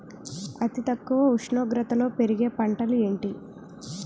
అతి తక్కువ ఉష్ణోగ్రతలో పెరిగే పంటలు ఏంటి?